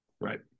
Right